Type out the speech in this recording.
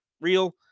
real